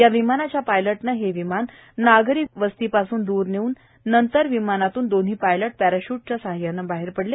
या विमानाच्या पायलटनं हे विमान नागरी वस्तीपासून द्र नेऊन नंतर विमानातून दोन्ही पायलट पॅराशुटच्या सहाय्याने बाहेर पडले